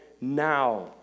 now